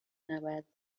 نباید